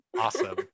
awesome